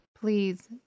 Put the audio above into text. Please